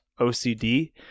OCD